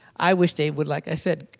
i wish they would, like i said,